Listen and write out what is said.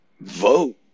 vote